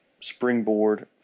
springboard